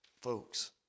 folks